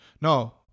No